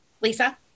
Lisa